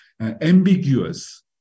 ambiguous